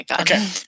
Okay